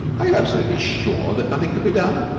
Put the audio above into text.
are you absolutely sure that nothing can be done?